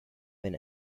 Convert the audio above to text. win